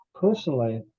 personally